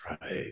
right